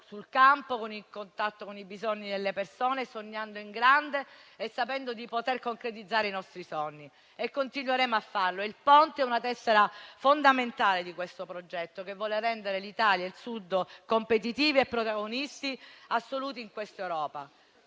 sul campo, con il contatto con i bisogni delle persone, sognando in grande e sapendo di poter concretizzare i nostri sogni. Noi continueremo a farlo, perché il Ponte è una tessera fondamentale di questo progetto che vuole rendere l'Italia e il Sud competitivi e protagonisti assoluti in questa Europa.